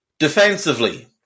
Defensively